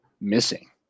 missing